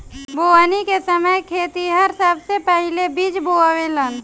बोवनी के समय खेतिहर सबसे पहिले बिज बोवेलेन